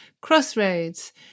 crossroads